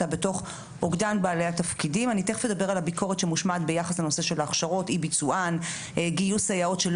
בניגוד לסייעות בכיתות, סייעות בגנים, סייעות של